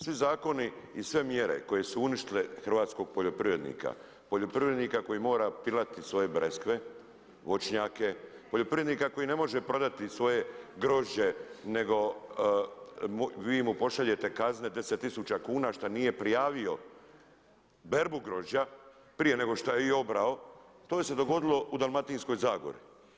Svi zakoni i sve mjere koje su uništile hrvatskog poljoprivrednika, poljoprivrednika koji mora pilati svoje breskve, voćnjake, poljoprivrednika koji ne može prodati svoje grožđe nego vi mu pošaljete kazne 10 000 kuna šta nije prijavio berbu grožđa prije nego šta je i obrao, to se dogodilo u Dalmatinskoj zagori.